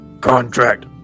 Contract